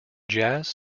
jazz